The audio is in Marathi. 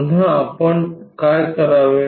पुन्हा आपण काय करावे